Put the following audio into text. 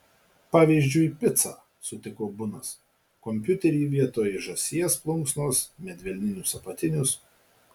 pavyzdžiui picą sutiko bunas kompiuterį vietoj žąsies plunksnos medvilninius apatinius